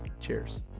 Cheers